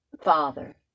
father